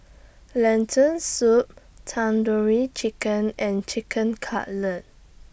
Lentil Soup Tandoori Chicken and Chicken Cutlet